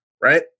right